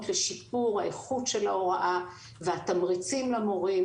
לשיפור האיכות של ההוראה והתמריצים למורים,